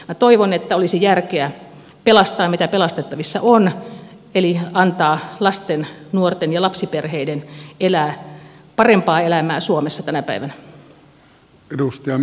minä toivon että olisi järkeä pelastaa mitä pelastettavissa on eli antaa lasten nuorten ja lapsiperheiden elää parempaa elämää suomessa tänä päivänä